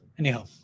Anyhow